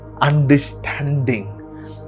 understanding